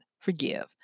Forgive